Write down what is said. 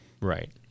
Right